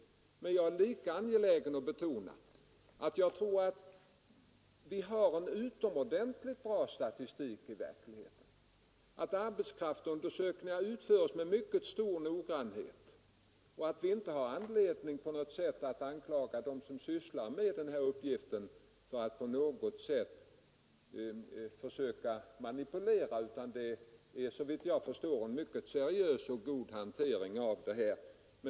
Men jag är lika angelägen att betona att jag tror att vi har en utomordentligt bra statistik, att arbetskraftsundersökningarna utförs med mycket stor noggrannhet och att vi inte har anledning att anklaga dem som sysslar med den här uppgiften för att på något sätt försöka manipulera, utan det sker såvitt jag förstår en mycket seriös och god hantering av materialet.